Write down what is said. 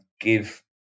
give